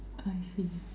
I see